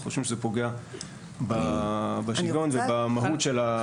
אנחנו חושבים שזה פוגע בשוויון ובמהות של סעיף 3(א).